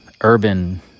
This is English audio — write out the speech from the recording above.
urban